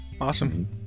Awesome